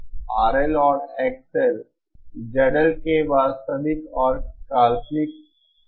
RL और XL ZL के वास्तविक और काल्पनिक भाग हैं